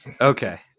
Okay